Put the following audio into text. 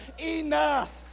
enough